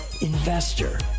investor